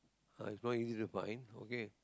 uh it's not easy to find okay